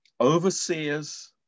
overseers